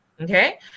Okay